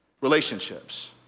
Relationships